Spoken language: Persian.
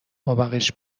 مابقیش